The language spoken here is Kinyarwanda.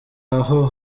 aho